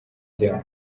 ryabo